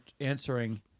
answering